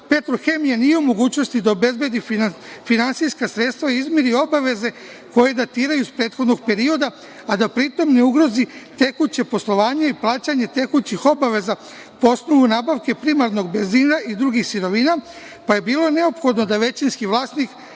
„Petrohemija“ nije u mogućnosti da obezbedi finansijska sredstva i izmiri obaveze koje datiraju iz prethodnog perioda, a da pri tom, ne ugrozi tekuće poslovanje i plaćanje tekućih obaveza po osnovu nabavke primarnog benzina i drugih sirovina. Bilo je neophodno da većinski vlasnik,